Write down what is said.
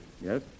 Yes